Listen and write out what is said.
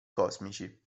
cosmici